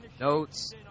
notes